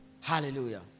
Hallelujah